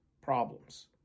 problems